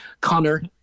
Connor